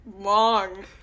long